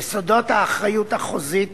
יסודות האחריות החוזית